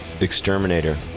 Exterminator